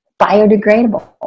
biodegradable